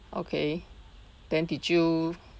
okay then did you